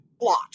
plot